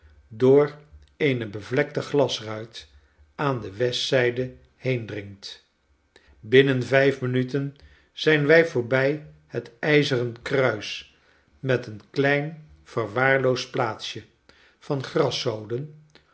door eene bevlekte glasruit aan de westzijde heendringt binnen vijf minuten zijn wij voorbij het ijzeren kruis met een klein verwaarloosd plaatsje van